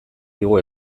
digu